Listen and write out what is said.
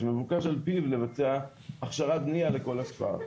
שמבוקש על פיו לבצע הכשרת בנייה לכל הכפר.